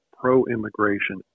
pro-immigration